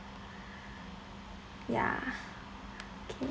ya okay